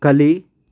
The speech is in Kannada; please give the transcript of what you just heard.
ಕಲಿ